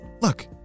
Look